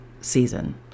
season